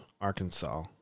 Arkansas